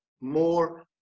more